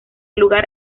lugar